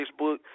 Facebook